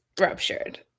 ruptured